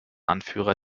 anführer